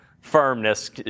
firmness